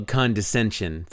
condescension